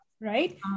Right